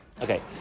okay